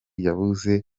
yabuze